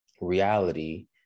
reality